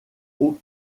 aux